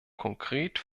konkret